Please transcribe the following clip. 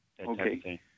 Okay